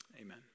amen